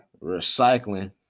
recycling